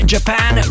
Japan